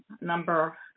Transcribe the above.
number